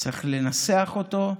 צריך לנסח אותו,